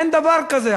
אין דבר כזה.